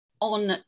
on